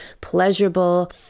pleasurable